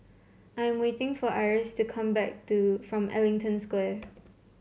I'm waiting for Iris to come back to from Ellington Square